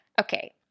Okay